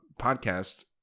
podcast